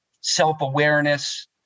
self-awareness